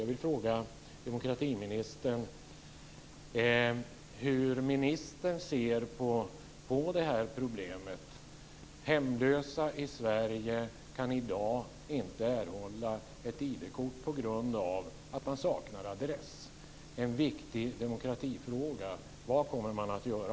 Jag vill fråga demokratiministern hur hon ser på det här problemet. Hemlösa i Sverige kan i dag inte erhålla ID-kort på grund av att de saknar adress. Det är en viktig demokratifråga. Vad kommer man att göra?